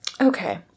Okay